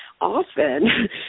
often